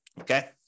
okay